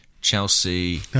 Chelsea